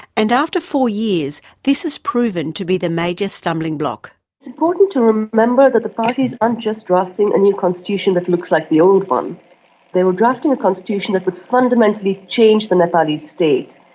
and after four years this has proved and to be the major stumbling block. it's important to remember that the parties aren't just drafting a new constitution that looks like the old one they were drafting a constitution that would fundamentally change the nepalese state,